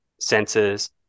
sensors